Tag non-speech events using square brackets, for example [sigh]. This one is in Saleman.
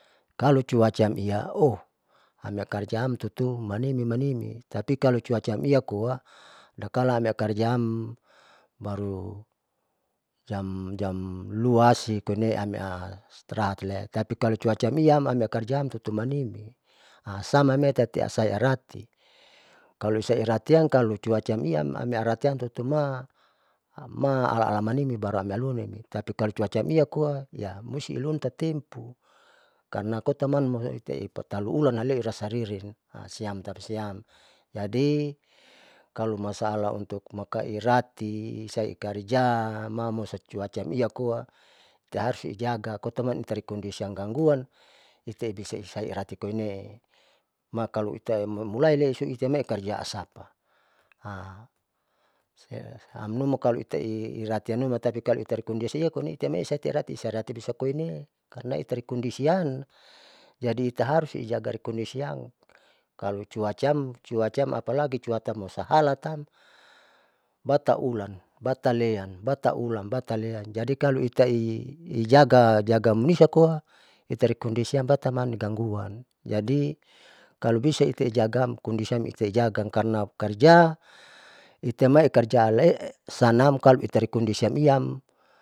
Kalo cuaca amiao amiakarjaam tutu manimi manimi tapi kalo cuacaam iakoa adakala amiakarjaam, baru jam jam luasi koine ami ahistirahatle tapikalo cuaca lemiaam amiakarjaam tutumanimi [hesitation] sama mee tatiasai arati kalolose eratiam kalo cuaca amian amiaratiam hutuma maalaala manimibaru amialunim, tapikalo cuacaemiakoa hiya musti iulun tatimpu karna kotaman loipatalu ulan ale rasa ririn, [hesitation] siam tapasiam jadi kalo masala untuk mairati masaikarja mamosan cuacaem iaa koa jadi harus ijaga toton maitari kondisi iam ganguan itae bisa isairati koinee, makalo itaimulai leso itaimaikarja asapa [hesitation] amnuma kalo itairatiamnuma tapi kalo terkondisie koine siam esa tirati bisa koinee karna itari kondisiam jadi itaharus ijaga rikondisiam kalo cuacaam cuacaam apalagi cuaca masahalatam bataulan batalean bataulan bataleam jadi kalo itai ijaga jaga, munisa koa itari kondisiam bata maniganguan, jadi kalo bisa itaijagaam kondisiam itaijaga karna karja itamai ikarja laesanam kalo itai kondisiam iaam.